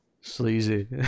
Sleazy